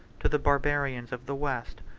to the barbarians of the west.